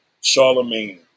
Charlemagne